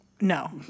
No